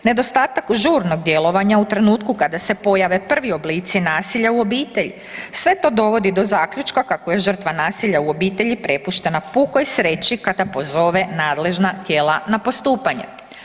Nedostatak žurnog djelovanja u trenutku kada se pojave prvi oblici nasilja u obitelji, sve to dovodi do zaključka kako je žrtva nasilja u obitelji prepuštena pukoj sreći kada pozove nadležna tijela na postupanje.